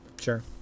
sure